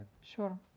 Sure